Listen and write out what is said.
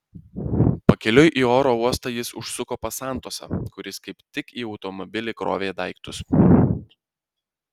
pakeliui į oro uostą jis užsuko pas santosą kuris kaip tik į automobilį krovė daiktus